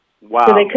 Wow